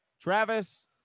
Travis